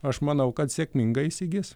aš manau sėkmingai įsigis